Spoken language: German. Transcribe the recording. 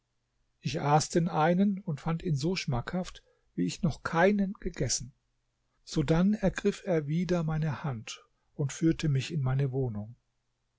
ich aß den einen und fand ihn so schmackhaft wie ich noch keinen gegessen sodann ergriff er wieder meine hand und führte mich in meine wohnung